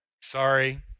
Sorry